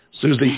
Susie